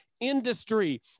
industry